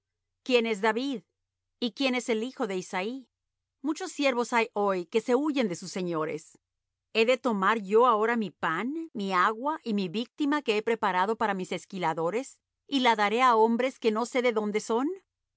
quién es david y quién es el hijo de isaí muchos siervos hay hoy que se huyen de sus señores he de tomar yo ahora mi pan mi agua y mi víctima que he preparado para mis esquiladores y la daré á hombres que no sé de dónde son